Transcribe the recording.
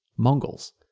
Mongols